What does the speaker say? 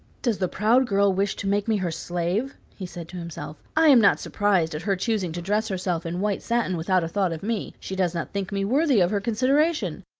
does the proud girl wish to make me her slave? he said to himself. i am not surprised at her choosing to dress herself in white satin without a thought of me. she does not think me worthy of her consideration!